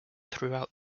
throughout